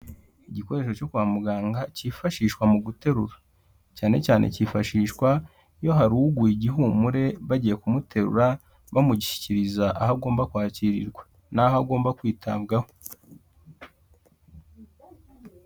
Igikoresho cyo kwa muganga, cyifashishwa mu guterura, cyane cyane cyifashishwa iyo hari uguye igihumure, bagiye kumuterura bamugishyikiriza aho agomba kwakirirwa n'aho agomba kwitabwaho.